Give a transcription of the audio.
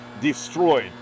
destroyed